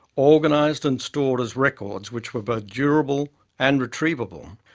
organized and stored as records, which were both durable and retrievable.